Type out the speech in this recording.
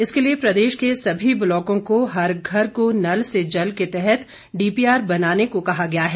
इसके लिए प्रदेश के सभी ब्लाकों को हर घर को नल से जल के तहत डीपीआर बनाने को कहा गया है